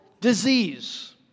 disease